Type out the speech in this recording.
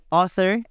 author